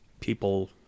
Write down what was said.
People